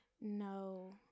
no